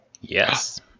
Yes